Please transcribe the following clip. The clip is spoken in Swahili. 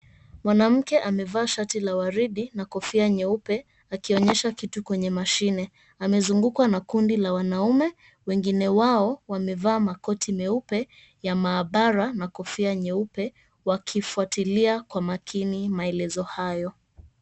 Mwanamke amevaa shati la waridi na kofia nyeupe akionyesha kitu kwenye mashine, amezungukwa na kundi la wanaume wengine wao wamevaa makoti meupe ya maabara na kofia nyeupe wakifwatilia kwa makini maelezo hayo.